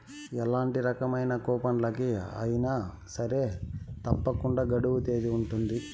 ఎలాంటి రకమైన కూపన్లకి అయినా సరే తప్పకుండా గడువు తేదీ ఉంటది